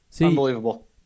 Unbelievable